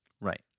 right